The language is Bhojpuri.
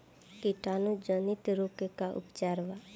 कीटाणु जनित रोग के का उपचार बा?